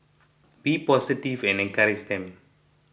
be positive and encourage them